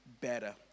better